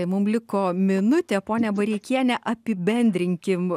mum liko minutė pone bareikiene apibendrinkim